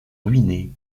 ruiné